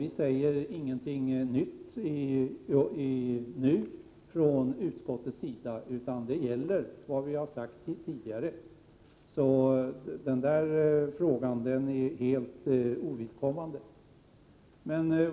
Utskottet framför inte några nya synpunkter utan står fast vid det som tidigare har sagts. Den frågan är således helt ovidkommande.